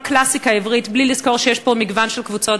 קלאסיקה עברית בלי לזכור שיש פה מגוון של קבוצות,